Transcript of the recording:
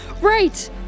Right